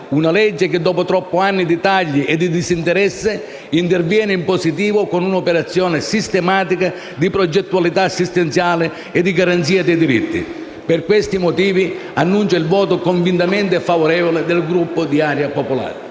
che, dopo troppi anni di tagli e disinteresse, interviene in positivo con un'operazione sistematica di progettualità assistenziale e di garanzia dei diritti. Per questi motivi, annuncio il voto convintamene favorevole del Gruppo Area Popolare.